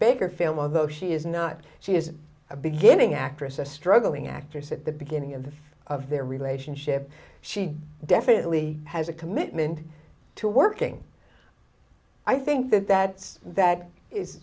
baker film although she is not she is a beginning actress a struggling actor said at the beginning of the of their relationship she definitely has a commitment to working i think that that that is